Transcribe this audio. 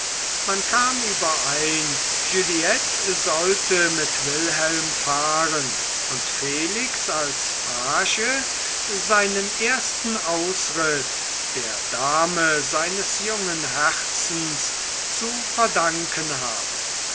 man kam überein juliette sollte mit wilhelm fahren und felix als page seinen ersten ausritt der dame seines jungen herzens zu verdanken haben